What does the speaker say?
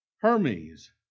Hermes